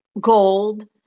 gold